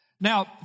Now